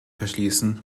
verschließen